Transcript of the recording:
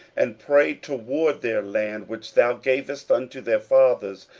and pray toward their land, which thou gavest unto their fathers,